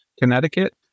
Connecticut